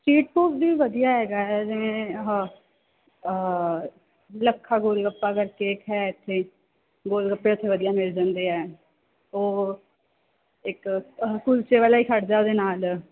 street food ਵੀ ਵਧੀਆ ਹੈਗਾ ਹੈ ਜਿਵੇਂ ਲੱਖਾਂ ਗੋਲ ਗੱਪਾ ਕਰਕੇ ਇੱਕ ਹੈ ਇੱਥੇ ਗੋਲ ਗੱਪੇ ਉੱਥੇ ਵਧੀਆ ਮਿਲ ਜਾਂਦੇ ਹੈ ਉਹ ਇੱਕ ਕੁਲਚੇ ਵਾਲਾ ਹੀ ਖੜ੍ਹਦਾ ਉਹਦੇ ਨਾਲ